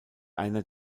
einer